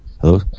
Hello